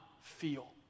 feel